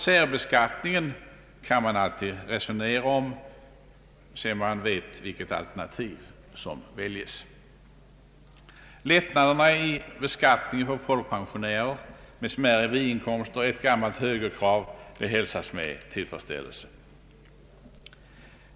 Särbeskattningen kan man alltid resonera om, sedan man vet vilket alternativ som väljes. Lättnader i beskattningen för folkpensionärer med smärre biinkomster är ett gammalt högerkrav. Att detta har tillgodosetts hälsas med tillfredsställelse.